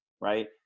right